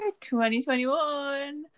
2021